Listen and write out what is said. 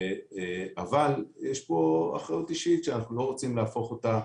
אבל יש פה אחריות אישית שאנחנו לא רוצים להפוך אותה,